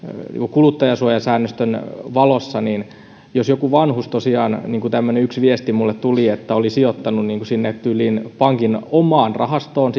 kuluttajansuojasäännöstön valossa joku vanhus tosiaan niin kuin yksi tämmöinen viesti minulle tuli on sijoittanut tyyliin pankin omaan rahastoon